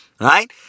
Right